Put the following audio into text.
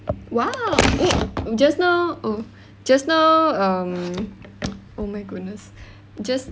!wow! just now oh just now um oh my goodness just